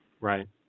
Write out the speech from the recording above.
Right